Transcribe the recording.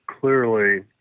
clearly